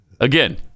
Again